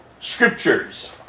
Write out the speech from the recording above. Scriptures